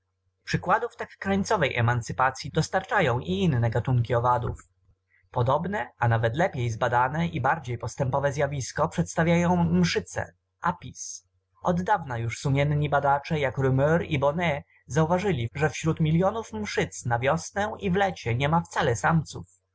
przykładów tak krańcowej emancypacyi dostarczają i inne rody owadów podobne a nawet lepiej zbadane i bardziej postępowe zjawisko przedstawiają mszyce aphis oddawna już tak sumienni badacze jak reaumur i bonnet zauważyli że wśród milionów mszyc na wiosnę i w lecie niema wcale samców